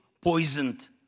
poisoned